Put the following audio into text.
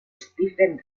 stephen